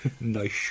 Nice